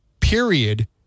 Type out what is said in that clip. period